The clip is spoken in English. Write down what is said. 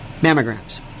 mammograms